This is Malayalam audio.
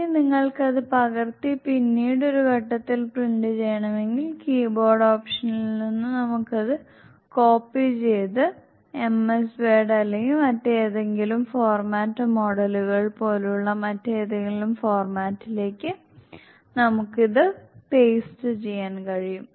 ഇനി നിങ്ങൾക്കത് പകർത്തി പിന്നീടൊരു ഘട്ടത്തിൽ പ്രിന്റ് ചെയ്യണമെങ്കിൽ കീബോർഡ് ഓപ്ഷനിൽ നിന്നും നമുക്ക് അത് കോപ്പി ചെയ്ത് എംഎസ് വേഡ് അല്ലെങ്കിൽ മറ്റേതെങ്കിലും ഫോർമാറ്റ് മോഡലുകൾ പോലുള്ള മറ്റേതെങ്കിലും ഫോർമാറ്റിലേക്ക് നമുക്ക് ഇത് പേസ്റ്റ് ചെയ്യാൻ കഴിയും